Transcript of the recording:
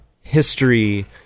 history